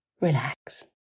Relax